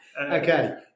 Okay